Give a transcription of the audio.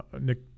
Nick